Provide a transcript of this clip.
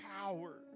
power